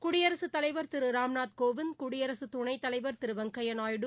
குடியரசுத் தலைவர் திரு ராம்நாத் கோவிந்த் குடியரசு துணைத் தலைவர் திரு வெங்கையா நாயுடு